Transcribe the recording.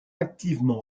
activement